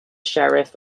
sheriff